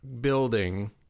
building